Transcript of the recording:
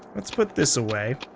let's put this away.